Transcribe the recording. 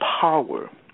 power